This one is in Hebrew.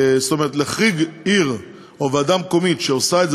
להחריג עיר או ועדה מקומית שעושות את זה